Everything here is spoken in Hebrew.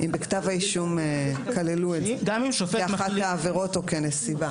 אם בכתב האישום כללו את זה כאחת העבירות או כנסיבה.